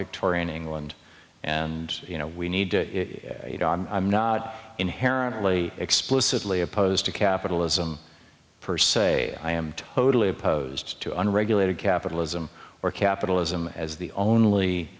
victorian england and you know we need to i'm not inherently explicitly opposed to capitalism per se i am totally opposed to unregulated capitalism or capitalism as the only